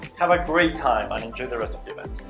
have a great time, and enjoy the rest of